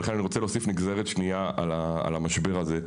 ולכן אני רוצה להוסיף נגזרת שנייה על המשבר הזה,